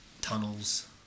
tunnels